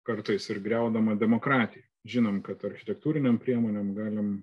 kartais ir griaudama demokratiją žinom kad architektūriniam priemonėm galim